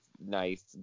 nice